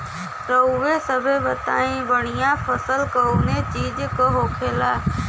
रउआ सभे बताई बढ़ियां फसल कवने चीज़क होखेला?